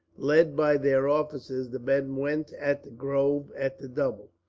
led by their officers, the men went at the grove at the double.